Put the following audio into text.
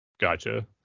Gotcha